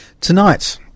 Tonight